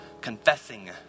confessing